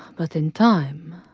but in time,